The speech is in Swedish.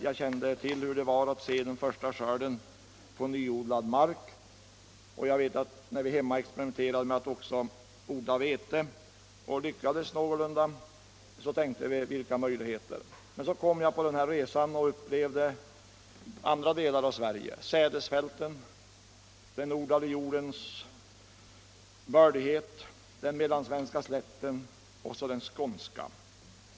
Jag känner till hur det är att se den första skörden på nyodlad mark, och jag kommer ihåg hur vi där hemma när vi experimenterade med att även odla vete och också lyckades någorlunda tänkte: Vilka möjligheter! På min resa upplevde jag sedan andra delar av Sverige. Jag upplevde sädesfälten, den odlade jordens bördighet, den mellansvenska slätten och så slutligen den skånska.